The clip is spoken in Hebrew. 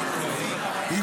סטרוק.